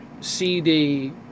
CD